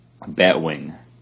Batwing